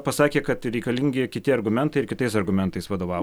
pasakė kad reikalingi kiti argumentai ir kitais argumentais vadovau